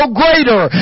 greater